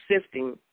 sifting